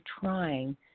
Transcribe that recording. trying